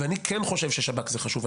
ואני כן חושב ששב"כ זה חשוב,